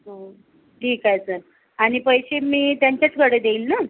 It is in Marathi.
हो ठीक आहे सर आणि पैसे मी त्यांच्याचकडे देईल न